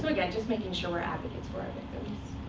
um again, just making sure we're advocates for our victims.